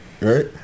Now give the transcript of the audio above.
right